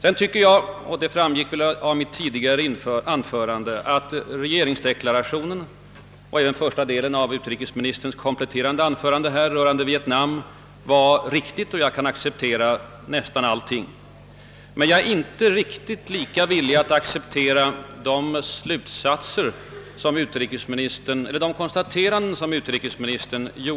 Jag tycker, vilket väl framgick av mitt anförande, att regeringsdeklarationen — liksom första delen av utrikesministerns kompletterande anförande rörande Vietnam — var riktig, och jag kan acceptera det mesta där. Men jag är inte riktigt lika villig att acceptera utrikesministerns konstateranden i slutet av anförandet.